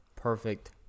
Perfect